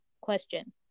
question